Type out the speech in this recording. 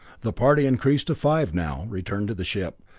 the party, increased to five now, returned to the ship,